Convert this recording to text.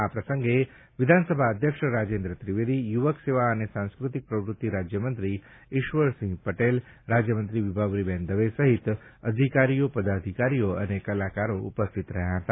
આ પ્રસંગે વિધાનસભા અધ્યક્ષ રાજેન્દ્ર ત્રિવેદી યુવક સેવા અને સાંસ્કૃતિક પ્રવૃત્તિ રાજ્યમંત્રી ઇશ્વરસિંહ પટેલ રાજ્યમંત્રી વિભાવરીબહેન દવે સહિત અધિકારીઓ પદાધિકારીઓ અને કલાકારો ઉપસ્થિત રહ્યા હતા